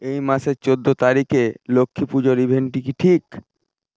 এই মাসের চৌদ্দ তারিখে লক্ষ্মী পুজোর ইভেন্টটি কি ঠিক